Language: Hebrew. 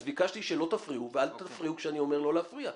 אז ביקשתי שלא תפריעו ואל תפריעו כשאני אומר לא להפריע.